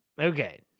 okay